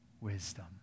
wisdom